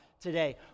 today